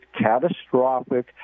catastrophic